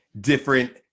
different